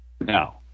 now